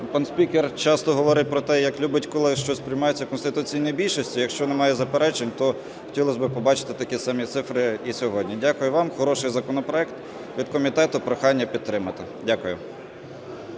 Пан спікер часто говорить про те, як любить, коли щось приймається конституційною більшістю. Якщо немає заперечень, то хотілось би побачити такі самі цифри і сьогодні. Дякую вам. Хороший законопроект, від комітету прохання підтримати. Дякую.